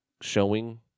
showing